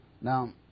Now